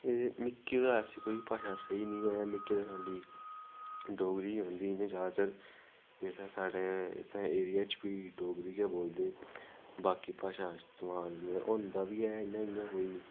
एह् मिकी ते ऐसी कोई भाशा सेही नी ऐ मिगी ते खाल्ली डोगरी गै औंदी ज्यादातर जेह्ड़ा साढ़ै इत्थें ऐरिये च बी डोगरी गै बोलदे बाकी भाशा समान होंदा बी ऐ इ'यां इ'यां कोई